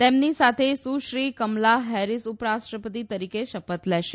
તેમની સાથે Sushri Kamala Harris ઉપરાષ્ટ્રપતિ તરીકે શપથ લેશે